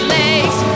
legs